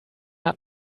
hat